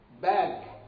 bag